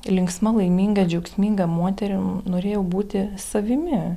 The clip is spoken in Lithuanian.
linksma laiminga džiaugsminga moterim norėjau būti savimi